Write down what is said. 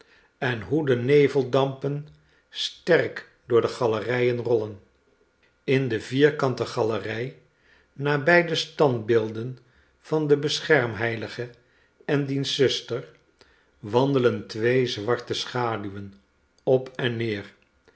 enhoedeneveldampen sterk door de galerijen rollen in de vierkante galerij nabij de standbeelden van den beschermheilige en diens zuster wandelen twee zwarte schaduwen op enneer en